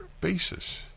basis